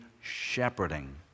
shepherding